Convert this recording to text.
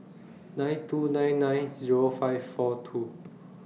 nine two nine nine Zero five four two